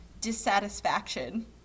dissatisfaction